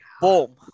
Boom